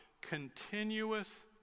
continuous